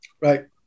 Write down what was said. Right